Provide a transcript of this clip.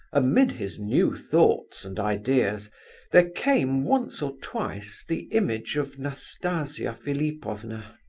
amid his new thoughts and ideas there came, once or twice, the image of nastasia philipovna.